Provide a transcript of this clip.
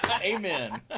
Amen